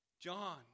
John